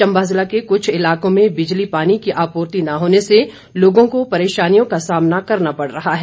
चंबा जिला के कुछ इलाकों में बिजली पानी की आपूर्ति न होने से लोगों को परेशानियों का सामना करना पड़ रहा है